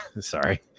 sorry